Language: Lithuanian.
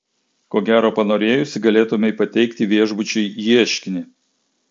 ko gero panorėjusi galėtumei pateikti viešbučiui ieškinį